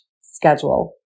schedule